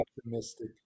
optimistic